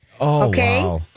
okay